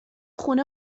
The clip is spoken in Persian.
خونه